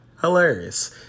hilarious